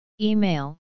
Email